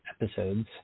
episodes